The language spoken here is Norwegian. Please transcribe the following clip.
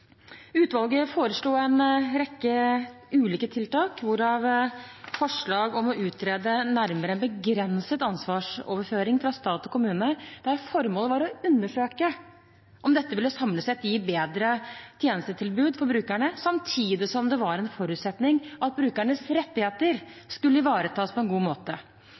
Utvalget foreslo en rekke ulike tiltak, hvorav forslag om å utrede nærmere en begrenset ansvarsoverføring fra stat til kommune – der formålet var å undersøke om dette samlet sett ville gi bedre tjenestetilbud for brukerne, samtidig som det var en forutsetning at brukernes rettigheter skulle ivaretas på en god måte.